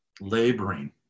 laboring